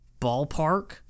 Ballpark